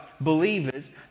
believers